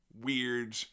weird